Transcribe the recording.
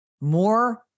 more